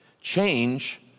Change